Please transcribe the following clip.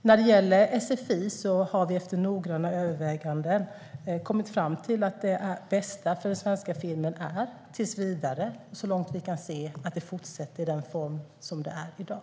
När det gäller SFI har vi efter noggranna överväganden kommit fram till att det bästa för den svenska filmen är, tills vidare och så långt vi kan se, att det fortsätter i den form som det är i dag.